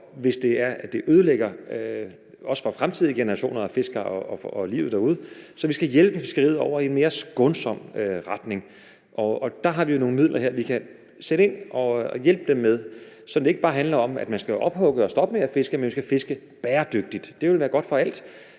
godt, heller ikke for fremtidige generationer af fiskere, hvis det ødelægger livet derude. Så vi skal hjælpe fiskeriet over i en mere skånsom retning, og der har vi jo nogle midler her, vi kan sætte ind, og som kan hjælpe dem, så det ikke bare handler om, at man skal ophugge og stoppe med at fiske, men at vi skal fiske bæredygtigt. Det ville være godt for alt,